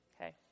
Okay